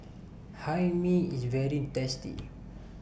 Hae Mee IS very tasty